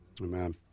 Amen